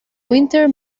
winter